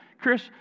Chris